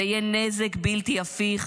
זה יהיה נזק בלתי הפיך,